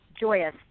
joyous